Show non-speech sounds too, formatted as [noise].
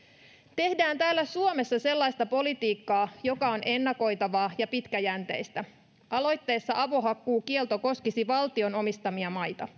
tehdään täällä suomessa sellaista politiikkaa joka on ennakoitavaa ja pitkäjänteistä aloitteessa avohakkuukielto koskisi valtion omistamia maita [unintelligible]